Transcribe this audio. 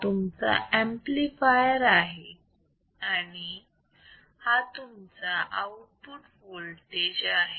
हा तुमचा ऍम्प्लिफायर आहे आणि हा तुमचा आउटपुट वोल्टेज आहे